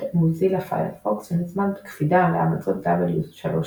מוזילה פיירפוקס שנצמד בקפידה להמלצות W3C,